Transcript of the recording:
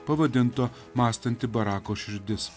pavadinto mąstanti barako širdis